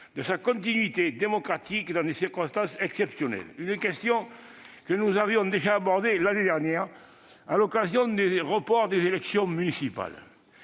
de sa continuité démocratique dans des circonstances exceptionnelles. Nous avions déjà abordé cette question l'année dernière à l'occasion du report des élections municipales.